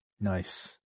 Nice